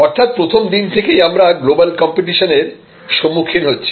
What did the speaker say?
অর্থাৎ প্রথম দিন থেকেই আমরা গ্লোবাল কম্পিটিশন এর সম্মুখীন হচ্ছি